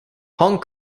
hong